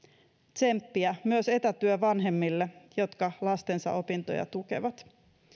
tsemppiä myös etätyövanhemmille jotka lastensa opintoja tukevat